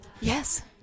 Yes